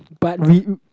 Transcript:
but we